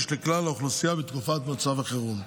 לכלל האוכלוסייה בתקופת מצב החירום.